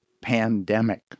pandemic